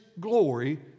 glory